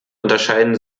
unterscheiden